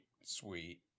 sweet